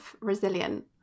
resilient